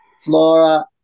Flora